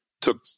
took